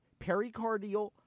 pericardial